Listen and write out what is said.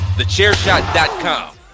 TheChairShot.com